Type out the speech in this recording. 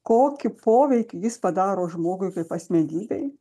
kokį poveikį jis padaro žmogui kaip asmenybei